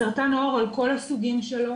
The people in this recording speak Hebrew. סרטן העור על כל הסוגים שלו,